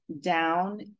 down